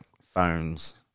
phones